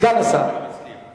סגן השר מסכים.